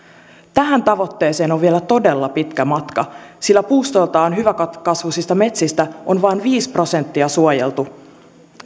tähän tavoitteeseen on vielä todella pitkä matka sillä puustoiltaan hyväkasvuisista metsistä on vain viisi prosenttia suojeltu